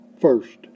first